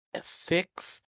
six